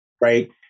Right